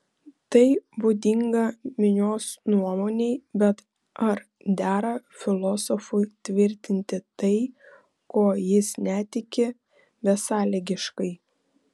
tai būdinga minios nuomonei bet ar dera filosofui tvirtinti tai kuo jis netiki besąlygiškai